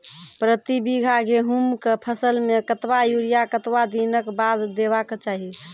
प्रति बीघा गेहूँमक फसल मे कतबा यूरिया कतवा दिनऽक बाद देवाक चाही?